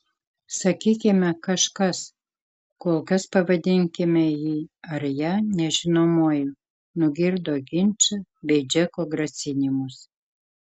sakykime kažkas kol kas pavadinkime jį ar ją nežinomuoju nugirdo ginčą bei džeko grasinimus